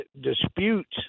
disputes